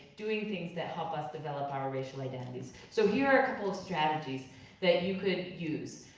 doing things that help us develop our racial identities. so here are a couple of strategies that you could use.